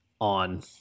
on